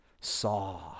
saw